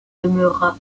demeurera